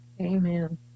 Amen